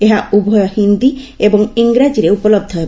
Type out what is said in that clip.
ଏହା ଉଭୟ ହିନ୍ଦୀ ଏବଂ ଙ୍ଗରାଜୀରେ ଉପଳବ୍ଧ ହେବ